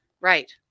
Right